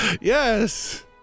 Yes